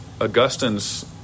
Augustine's